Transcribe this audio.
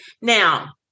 Now